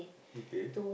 okay